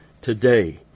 Today